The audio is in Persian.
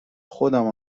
خودم